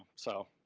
so,